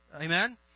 amen